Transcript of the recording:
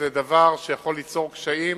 זה דבר שיכול ליצור קשיים